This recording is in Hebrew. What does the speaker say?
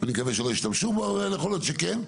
אני מקווה שלא ישתמשו בו יכול להיות שכן.